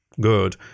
Good